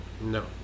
No